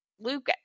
luke